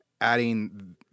adding